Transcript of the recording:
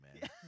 Man